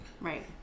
Right